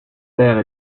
père